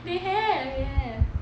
they have they have